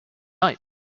nice